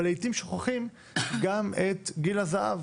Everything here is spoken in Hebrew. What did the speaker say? אבל לעיתים שוכחים גם את גיל הזהב,